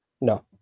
No